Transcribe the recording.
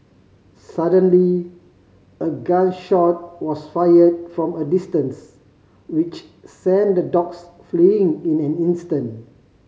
suddenly a gun shot was fired from a distance which sent the dogs fleeing in an instant